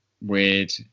weird